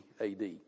AD